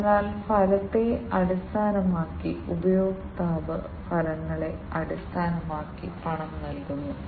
അതിനാൽ ഒരു സാധാരണ PLC സിസ്റ്റത്തിന്റെ വാസ്തുവിദ്യയെക്കുറിച്ച് നമ്മൾ സംസാരിക്കും